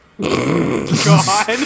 God